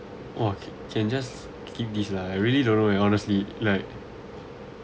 !wah! changes keep this lah I really don't know eh honestly like